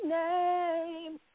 name